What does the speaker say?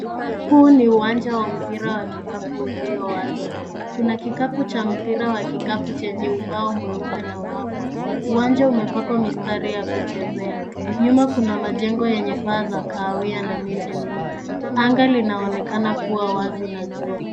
Huu ni uwanja wa mpira wa kikapu ulio wazi. Kuna kikapu cha mpira wa kikapu chenye ubao mweupe na wavu. Uwanja umepakwa mistari ya kuchezea. Nyuma kuna majengo yenye paa za kahawia na miti mingi. Anga linaonekana kuwa wazi na jua.